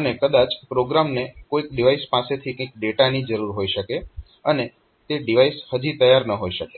અને કદાચ પ્રોગ્રામને કોઈક ડીવાઈસ પાસેથી કંઈક ડેટાની જરૂર હોઈ શકે અને તે ડીવાઈસ હજી તૈયાર ન હોઈ શકે